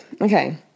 Okay